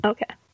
Okay